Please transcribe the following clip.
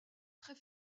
très